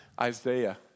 Isaiah